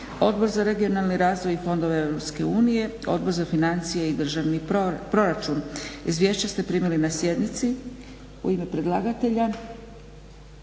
Odbor za regionalni razvoj i fondove EU, Odbor za financije i državni proračun. Izvješća ste primili na sjednici. U ime predlagatelja